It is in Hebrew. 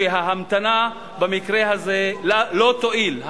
שההמתנה במקרה הזה לא תועיל.